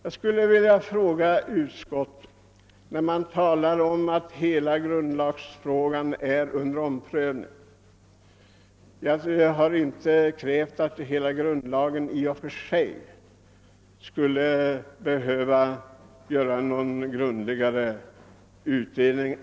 Utskottet talar om att hela grundlagsfrågan är under omprövning. Ja, men jag har inte krävt att hela grundlagen i och för sig skall behöva bli föremål för någon mera ingående utredning.